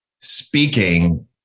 speaking